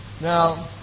Now